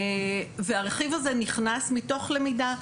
והרכיב הזה נכנס מתוך למידה,